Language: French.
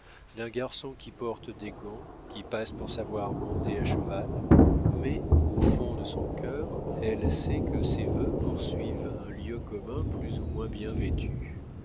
d'un garçon qui porte des gants qui passe pour savoir monter à cheval mais au fond de son cœur elle sait que ses vœux poursuivent un lieu commun plus ou moins bien vêtu